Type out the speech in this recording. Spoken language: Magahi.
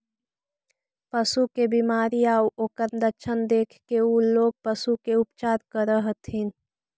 पशु के बीमारी आउ ओकर लक्षण देखके उ लोग पशु के उपचार करऽ हथिन